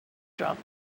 dropped